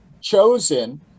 chosen